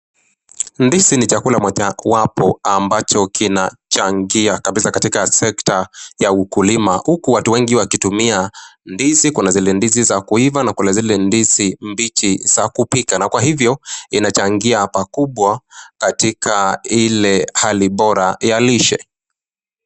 Ndizi ni chakula moja wapo ambacho kinachangia kabisa katika sekta ya ukulima. Huku watu wengi wakitumia ndizi, Kuna zile ndizi za kuiva na zile mbichi za kupika. Kwa hivyo inachangia pakubwa katika Ile Hali Bora ya lishe.